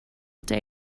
day